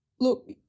Look